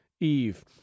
Eve